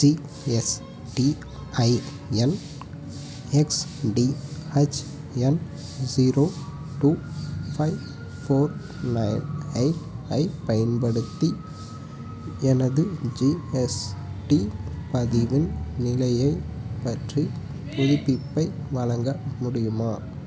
GSTIN XDHN zero two five four nine eight ஐப் பயன்படுத்தி எனது ஜிஎஸ்டி பதிவின் நிலையைப் பற்றி புதுப்பிப்பை வழங்க முடியுமா